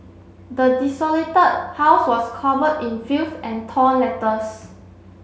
the desolated house was covered in filth and torn letters